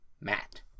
Matt